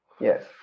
Yes